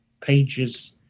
pages